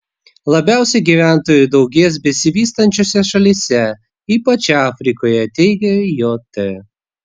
labiausiai gyventojų daugės besivystančiose šalyse ypač afrikoje teigia jt